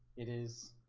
it is